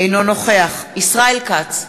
אינו נוכח ישראל כץ,